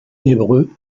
hébreu